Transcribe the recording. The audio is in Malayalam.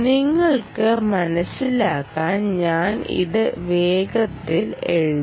നിങ്ങൾക്ക് മനസിലാക്കാൻ ഞാൻ ഇത് വേഗത്തിൽ എഴുതാം